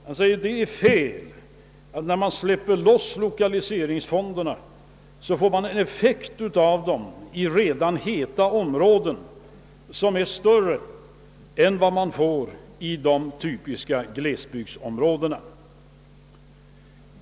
Han säger att det är fel att man, när man släpper loss investeringsfonderna, åstadkommer en effekt av dem i redan heta områden, som är större än vad man får i de typiska glesbygdsområdena.